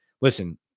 listen